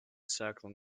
circle